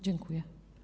Dziękuję.